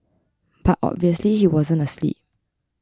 but obviously he wasn't asleep